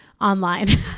online